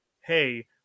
hey